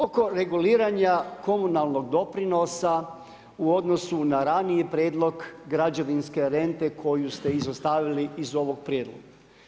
Oko reguliranja komunalnog doprinosa u odnosu na raniji prijedlog građevinske rente koju ste izostavili iz ovog prijedloga.